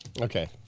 Okay